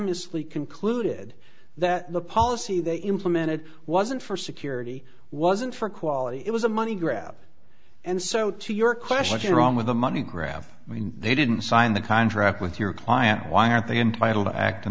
unanimously concluded that the policy they implemented wasn't for security wasn't for quality it was a money grab and so to your question wrong with a money grab when they didn't sign the contract with your client why aren't they entitled to act in